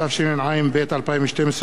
התשע"ב 2012,